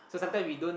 ah